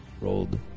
rolled